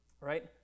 Right